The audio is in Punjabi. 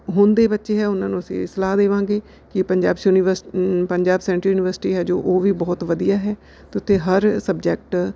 ਹੁਣ ਦੇ ਬੱਚੇ ਹੈ ਉਹਨਾਂ ਨੂੰ ਅਸੀਂ ਸਲਾਹ ਦੇਵਾਂਗੇ ਕਿ ਪੰਜਾਬ ਯੂਨੀਵਰਸ ਪੰਜਾਬ ਸੈਂਟਰ ਯੂਨੀਵਰਸਿਟੀ ਹੈ ਜੋ ਉਹ ਵੀ ਬਹੁਤ ਵਧੀਆ ਹੈ ਅਤੇ ਉੱਥੇ ਹਰ ਸਬਜੈਕਟ